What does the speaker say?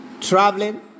traveling